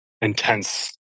intense